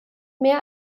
mehr